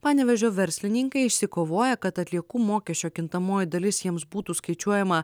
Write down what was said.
panevėžio verslininkai išsikovoja kad atliekų mokesčio kintamoji dalis jiems būtų skaičiuojama